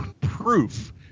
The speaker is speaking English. proof